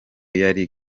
yari